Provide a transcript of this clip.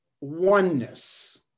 oneness